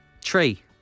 Tree